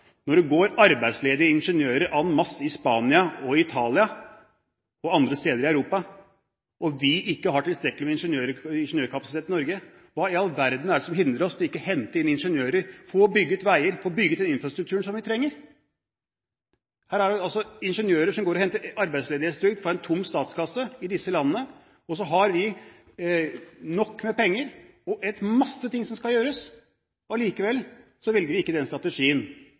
Når det går arbeidsledige ingeniører en masse i Spania og i Italia og andre steder i Europa, og vi ikke har tilstrekkelig ingeniørkapasitet i Norge, hva i all verden er det som hindrer oss i å hente ingeniører og få bygd veier, få bygget den infrastrukturen som vi trenger? Her er det altså ingeniører som henter arbeidsledighetstrygd fra en tom statskasse i disse landene, og så har vi nok av penger og masse ting som skal gjøres. Likevel velger vi ikke den strategien.